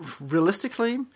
Realistically